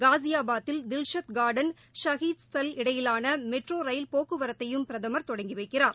காஸியாபாதில் Dilshad Garden Shaheed Sthal இடையிலான metro rail போக்குவரத்தையும் பிரதமர் தொடங்கி வைக்கிறார்